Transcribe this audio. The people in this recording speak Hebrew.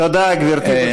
תודה, גברתי.